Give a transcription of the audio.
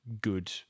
good